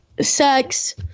sex